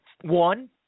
one